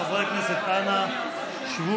חברי הכנסת, אנא שבו